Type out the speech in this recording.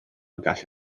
gall